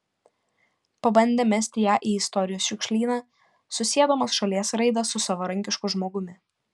pabandė mesti ją į istorijos šiukšlyną susiedamas šalies raidą su savarankišku žmogumi